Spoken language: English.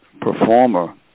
performer